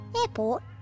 Airport